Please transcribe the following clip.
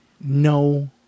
No